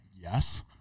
Yes